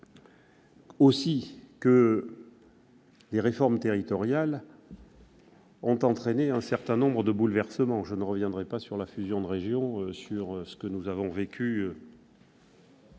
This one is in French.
aussi que les réformes territoriales ont entraîné un certain nombre de bouleversements. Je ne reviendrai pas sur la fusion des régions, sur ce que nous avons vécu.